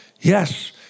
Yes